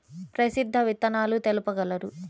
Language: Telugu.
ప్రసిద్ధ విత్తనాలు తెలుపగలరు?